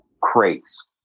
crates